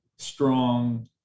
strong